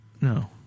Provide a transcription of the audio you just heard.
No